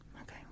Okay